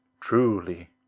Truly